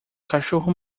cachorro